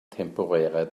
temporäre